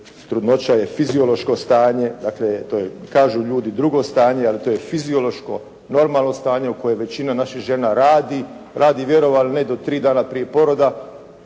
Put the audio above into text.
trudnoća je fiziološko stanje. Dakle to je kažu ljudi drugo stanje, ali to je fiziološko, normalno stanje u kojem većina naših žena radi, radi vjerovali ili ne do tri dana prije poroda.